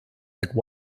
like